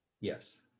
Yes